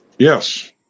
Yes